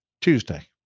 Tuesday